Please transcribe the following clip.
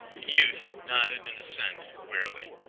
the youth nodded an assent wearily.